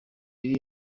iri